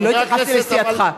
לא התייחסתי לסיעתך.